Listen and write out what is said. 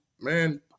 man